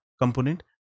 component